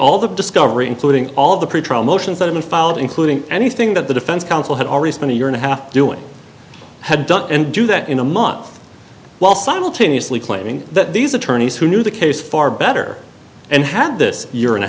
all the discovery including all of the pretrial motions that in the fall including anything that the defense counsel had already spent a year and a half doing had done and do that in a month while simultaneously claiming that these attorneys who knew the case far better and had this year and a